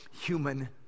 human